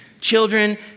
children